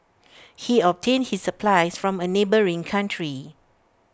he obtained his supplies from A neighbouring country